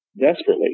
desperately